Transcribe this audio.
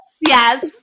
Yes